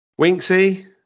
Winksy